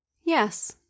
yes